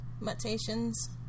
mutations